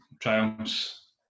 triumphs